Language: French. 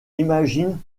imagine